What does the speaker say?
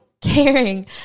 caring